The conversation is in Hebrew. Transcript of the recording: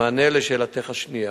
במענה לשאלתך השנייה,